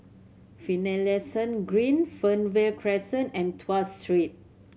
Finlayson Green Fernvale Crescent and Tuas Street